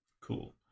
cool